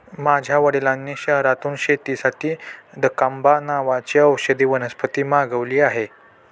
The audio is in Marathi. माझ्या वडिलांनी शहरातून शेतीसाठी दकांबा नावाची औषधी वनस्पती मागवली आहे